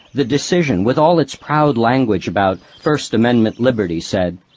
the decision, with all its proud language about first amendment liberties, said.